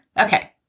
Okay